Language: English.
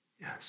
Yes